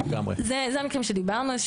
זה המקרים שדיברנו.